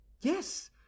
yes